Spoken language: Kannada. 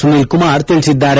ಸುನೀಲ್ ಕುಮಾರ್ ತಿಳಿಸಿದ್ದಾರೆ